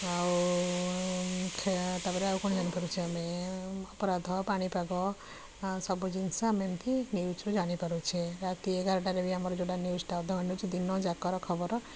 ଆଉ ଖେ ତା'ପରେ ଆଉ କ'ଣ ଜାଣି ପାରୁଛେ ଆମେ ଅପରାଧ ପାଣିପାଗ ସବୁ ଜିନିଷ ଆମେ ଏମିତି ନ୍ୟୁଜ୍ରୁ ଜାଣିପାରୁଛେ ରାତି ଏଗାରଟାରେ ବି ଆମର ଯେଉଁଟା ନ୍ୟୁଜ୍ଟା ଅଧଘଣ୍ଟେ ଅଛି ଦିନ ଯାକର ଖବର